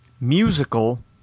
Musical